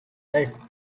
eight